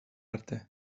arte